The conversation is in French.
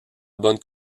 bonnes